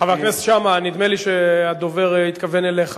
חבר הכנסת שאמה, נדמה לי שהדובר התכוון אליך.